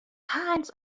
kinds